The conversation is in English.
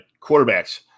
quarterbacks